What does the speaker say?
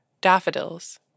Daffodils